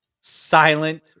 silent